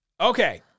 Okay